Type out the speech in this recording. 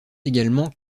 également